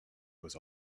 was